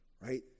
right